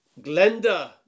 Glenda